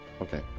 Okay